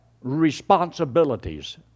responsibilities